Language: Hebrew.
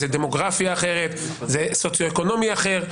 זה דמוגרפיה אחרת, זה סוציו-אקונומי אחר.